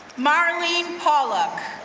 marlene pollack,